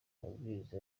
amabwiriza